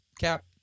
Cap